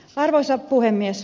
arvoisa puhemies